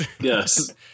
Yes